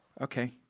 okay